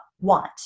want